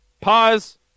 Pause